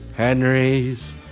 Henry's